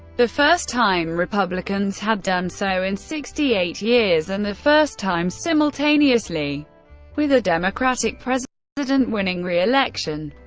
the first time republicans had done so in sixty eight years, and the first time simultaneously with a democratic president president winning re-election.